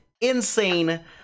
Insane